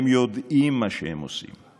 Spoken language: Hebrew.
הם יודעים מה שהם עושים.